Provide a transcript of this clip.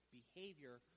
behavior